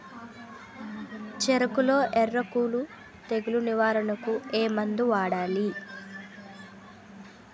చెఱకులో ఎర్రకుళ్ళు తెగులు నివారణకు ఏ మందు వాడాలి?